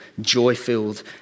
joy-filled